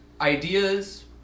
ideas